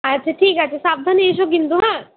আচ্ছা ঠিক আছে সাবধানে এসো কিন্তু হ্যাঁ